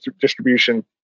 distribution